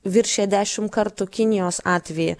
viršija dešim kartų kinijos atvejį